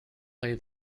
lay